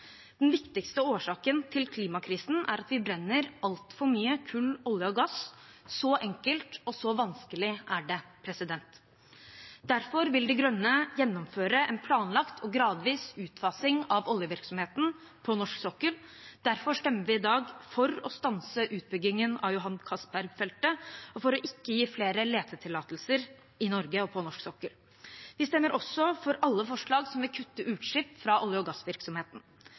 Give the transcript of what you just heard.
Den viktigste årsaken til klimakrisen er at vi brenner altfor mye kull, olje og gass. Så enkelt og så vanskelig er det. Derfor vil De Grønne gjennomføre en planlagt og gradvis utfasing av oljevirksomheten på norsk sokkel. Derfor stemmer vi i dag for å stanse utbyggingen av Johan Castberg-feltet og for ikke å gi flere letetillatelser i Norge og på norsk sokkel. Vi stemmer også for alle forslag som vil kutte utslipp fra olje- og gassvirksomheten.